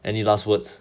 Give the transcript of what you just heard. any last words